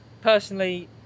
Personally